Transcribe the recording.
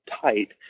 tight